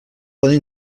poden